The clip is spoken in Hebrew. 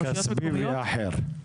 כספי ואחר?